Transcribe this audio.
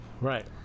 Right